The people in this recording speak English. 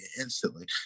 instantly